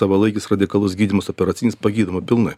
savalaikis radikalus gydymas operacinis pagydoma pilnai